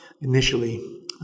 initially